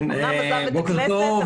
בוקר טוב.